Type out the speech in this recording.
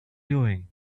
doing